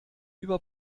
über